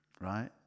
Right